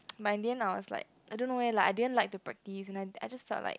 but in the end I was like I don't know eh I didn't like to practice and I I just felt like